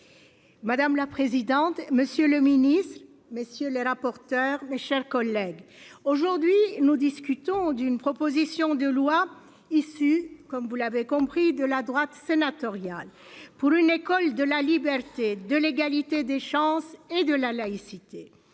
Madame la présidente, monsieur le ministre, messieurs les rapporteurs, mes chers collègues, aujourd'hui nous discutons d'une proposition de loi issu comme vous l'avez compris de la droite sénatoriale pour une école de la liberté de l'égalité des chances et de la laïcité.